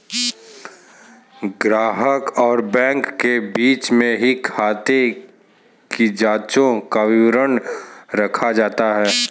ग्राहक और बैंक के बीच में ही खाते की जांचों का विवरण रखा जाता है